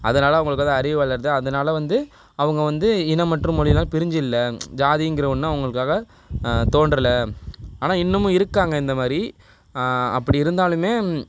அதனால் அவங்களுக்கு வந்து அறிவு வளருது அதனால வந்து அவங்க வந்து இனம் மற்றும் மொழியினால் பிரிஞ்சு இல்லை ஜாதிங்கிற ஒன்று அவங்களுக்காக தோன்றலை ஆனால் இன்னமும் இருக்காங்க இந்தமாதிரி அப்படி இருந்தாலுமே